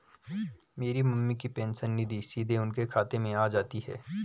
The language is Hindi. मेरी मम्मी की पेंशन निधि सीधे उनके खाते में आ जाती है